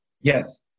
Yes